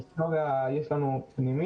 היסטוריה יש לנו מבחן פנימי,